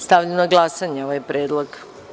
Stavljam na glasanje ovaj predlog.